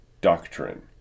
doctrine